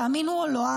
תאמינו או לא,